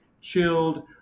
chilled